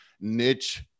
niche